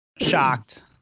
Shocked